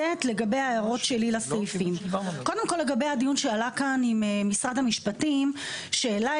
להעלות כאן נקודה,